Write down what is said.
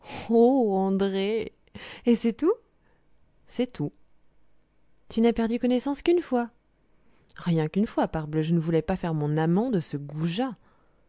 andrée et c'est tout c'est tout tu n'as perdu connaissance qu'une fois rien qu'une fois parbleu je ne voulais pas faire mon amant de ce goujat